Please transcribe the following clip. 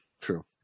true